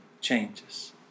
changes